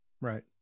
Right